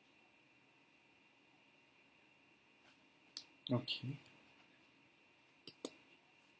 okay